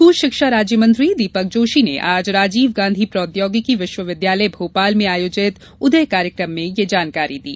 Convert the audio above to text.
school शिक्षा राज्यमंत्री दीपक जोशी ने आज राजीव गांधी प्रोद्योगिकी विश्वविद्यालय भोपाल में आयोजित उदय कार्यक्रम में यह जानकारी दी